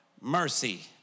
mercy